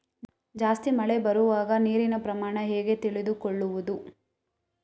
ಜಾಸ್ತಿ ಮಳೆ ಬರುವಾಗ ನೀರಿನ ಪ್ರಮಾಣ ಹೇಗೆ ತಿಳಿದುಕೊಳ್ಳುವುದು?